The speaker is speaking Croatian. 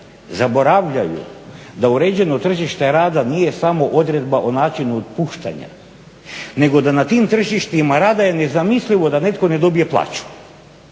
zaboravljaju da uređeno tržite rada nije samo odredba o načinu otpuštanja nego na tim tržištima rada je nezamislivo da netko ne dobije plaću,